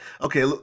Okay